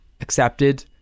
accepted